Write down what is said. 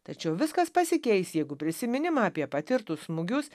tačiau viskas pasikeis jeigu prisiminimą apie patirtus smūgius